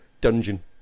dungeon